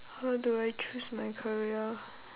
how do I choose my career